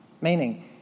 meaning